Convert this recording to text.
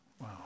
Wow